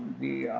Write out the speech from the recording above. the